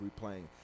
replaying